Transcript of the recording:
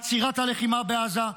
עצירת הלחימה בעזה,